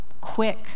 quick